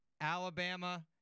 Alabama